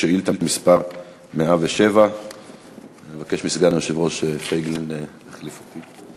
שאילתה מס' 107. אני מבקש מסגן היושב-ראש פייגלין להחליף אותי.